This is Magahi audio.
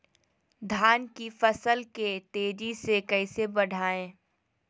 धान की फसल के तेजी से कैसे बढ़ाएं?